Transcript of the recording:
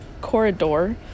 corridor